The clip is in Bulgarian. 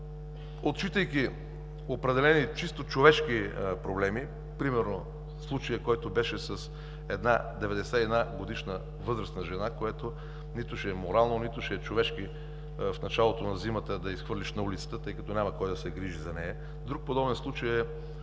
отчитайки определени чисто човешки проблеми. Примерно, случаят, който беше с една 91-годишна възрастна жена, която нито ще е морално, нито ще е човешки в началото на зимата да я изхвърлиш на улицата, тъй като няма кой да се грижи за нея. Друг подобен случай е